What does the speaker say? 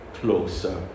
closer